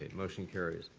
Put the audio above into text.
motion carries.